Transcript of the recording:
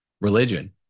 religion